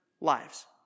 lives